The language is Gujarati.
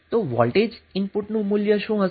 તો વોલ્ટેજ ઇનપુટનું મૂલ્ય શું હશે